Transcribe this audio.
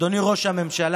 אדוני ראש הממשלה,